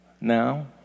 now